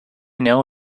know